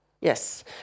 Yes